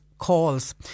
calls